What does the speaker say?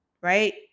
right